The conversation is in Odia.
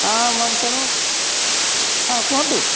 ହଁ ତେଣୁ ହଁ କୁହନ୍ତୁ